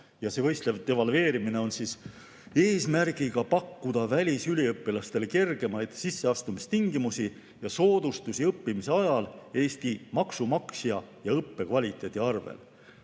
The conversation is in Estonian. Võistlev devalveerimine on seotud eesmärgiga pakkuda välisüliõpilastele kergemaid sisseastumistingimusi ning soodustusi õppimise ajal Eesti maksumaksja ja õppe kvaliteedi arvel.